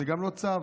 זה גם לא צו,